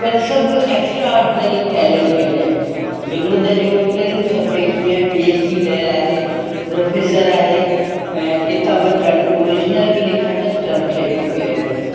पर सभु extra ordinary टैलेंटिड आहिनि विनोद जूं टिनि स्बजैक्ट्स में पी एच डी कयलु आहे प्रोफेसर आहे ऐं किताबु अथनि ऑरिजनल बि लिखिया अथसि ट्रांसलेट कयो अथसि